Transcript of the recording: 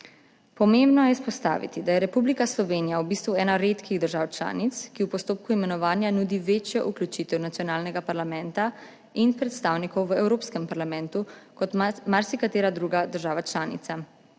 Pomembno je izpostaviti, da je Republika Slovenija v bistvu ena redkih držav članic, ki v postopku imenovanja nudi večjo vključitev nacionalnega parlamenta in predstavnikov v Evropskem parlamentu kot marsikatera druga država članica.